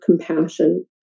compassion